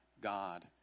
God